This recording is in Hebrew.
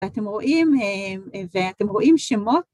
אתם רואים, ואתם רואים שמות.